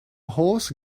horse